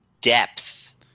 depth